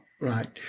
Right